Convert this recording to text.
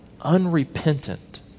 unrepentant